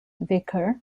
vicar